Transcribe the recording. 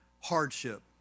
hardship